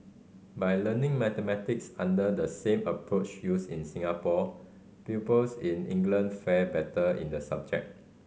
by learning mathematics under the same approach used in Singapore pupils in England fared better in the subject